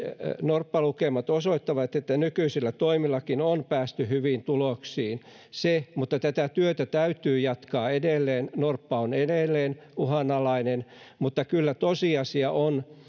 norppalukemat osoittavat että nykyisilläkin toimilla on päästy hyviin tuloksiin mutta tätä työtä täytyy jatkaa edelleen norppa on edelleen uhanalainen mutta kyllä tosiasia on